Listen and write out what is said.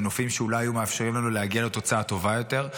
מנופים שאולי היו מאפשרים לנו להגיע לתוצאה טובה יותר,